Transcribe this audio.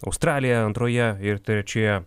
australiją antroje ir trečioje